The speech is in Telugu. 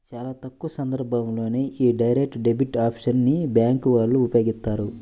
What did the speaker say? చాలా తక్కువ సందర్భాల్లోనే యీ డైరెక్ట్ డెబిట్ ఆప్షన్ ని బ్యేంకు వాళ్ళు ఉపయోగిత్తారు